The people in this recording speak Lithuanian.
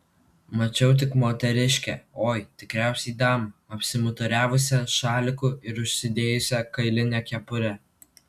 mačiau tik moteriškę oi tikriausiai damą apsimuturiavusią šaliku ir užsidėjusią kailinę kepurę